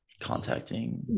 contacting